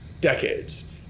decades